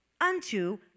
unto